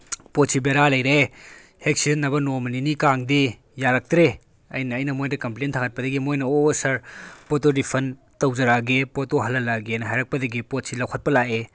ꯄꯣꯠꯁꯦ ꯕꯦꯔꯥ ꯂꯩꯔꯦ ꯍꯦꯛ ꯁꯤꯖꯤꯟꯅꯕ ꯅꯣꯡꯃ ꯅꯤꯅꯤ ꯀꯥꯡꯗꯦ ꯌꯥꯔꯛꯇ꯭ꯔꯦ ꯑꯩꯅ ꯑꯩꯅ ꯃꯣꯏꯗ ꯀꯝꯄ꯭ꯂꯦꯟ ꯊꯥꯡꯒꯠꯄꯗꯒꯤ ꯃꯣꯏꯅ ꯑꯣ ꯑꯣ ꯁꯥꯔ ꯄꯣꯠꯇꯣ ꯔꯤꯐꯟ ꯇꯧꯖꯔꯛꯑꯒꯦ ꯄꯣꯠꯇꯣ ꯍꯜꯍꯜꯂꯛꯑꯒꯦꯅ ꯍꯥꯏꯔꯛꯄꯗꯒꯤ ꯄꯣꯠꯁꯦ ꯂꯧꯈꯠꯄ ꯂꯥꯛꯑꯦ